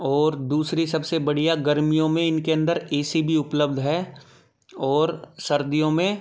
और दूसरी सबसे बढ़िया गर्मियों में इनके अंदर ए सी भी उपलब्ध है और सर्दियों में